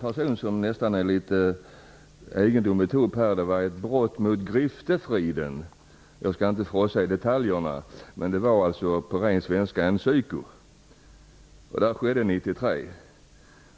fall som nästan är litet för egendomligt att ta upp här. En person hade begått brott mot griftefriden. Jag skall inte frossa i detaljerna, men på ren svenska var detta en psykopat. Detta skedde 1993.